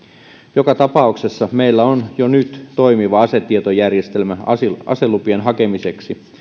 joka tapauksessa meillä on jo nyt toimiva asetietojärjestelmä aselupien hakemiseksi